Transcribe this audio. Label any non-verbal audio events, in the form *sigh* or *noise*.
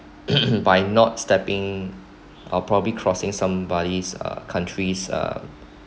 *coughs* by not stepping or probably crossing somebody's uh countries uh